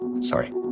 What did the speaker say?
Sorry